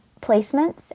placements